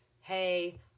hey